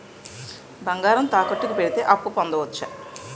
బంగారం తాకట్టు కి పెడితే అప్పు పొందవచ్చ?